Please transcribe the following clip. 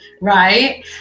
Right